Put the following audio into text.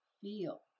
feel